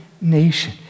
nation